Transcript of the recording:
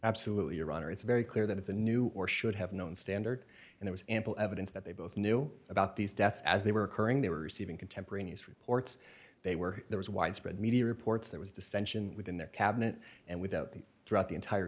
absolutely your honor it's very clear that it's a new or should have known standard and there was ample evidence that they both knew about these deaths as they were occurring they were receiving contemporaneous reports they were there was widespread media reports there was dissension within the cabinet and without the throughout the entire